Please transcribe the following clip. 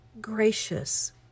gracious